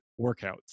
workouts